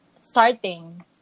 starting